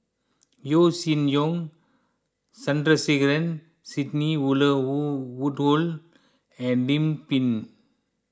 Yeo Shih Yun Sandrasegaran Sidney Woodhull and Lim Pin